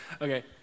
Okay